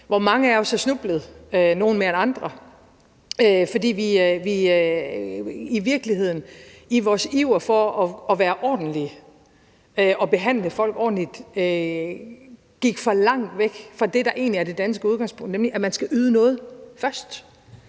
hvor mange af os snublede – nogle mere end andre – fordi vi i virkeligheden i vores iver for at være ordentlige og behandle folk ordentligt gik for langt væk fra det, der egentlig er det danske udgangspunkt, nemlig at man skal yde noget først.